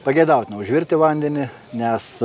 pageidautina užvirti vandenį nes